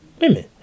women